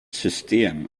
system